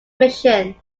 mission